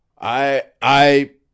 I—I—